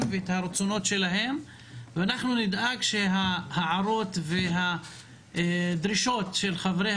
ואת רצונותיהם ואנחנו נדאג שההערות והדרישות של חברי